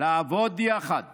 לעבוד יחד